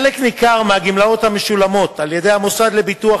חלק ניכר מהגמלאות המשולמות על-ידי המוסד לביטוח